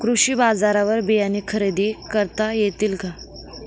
कृषी बाजारवर बियाणे खरेदी करता येतील का?